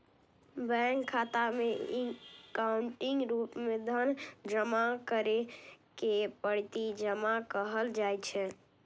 bank खाता मे electronic रूप मे धन जमा करै के प्रत्यक्ष जमा कहल जाइ छै